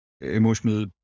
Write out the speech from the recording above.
emotional